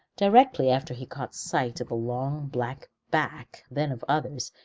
directly after he caught sight of a long black back, then of others,